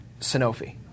Sanofi